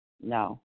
No